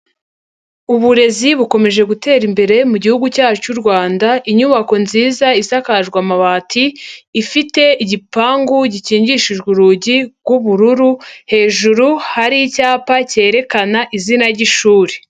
Uburezi bukomeje gutera imbere mugihugu cyacu cy'u Rwanda, inyubako nziza isakaje amabati ifite igipangu gikingishijwe urugi rw'ubururu, hejuru hari icyapa cyerekana izina ry'ishuri.